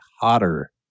hotter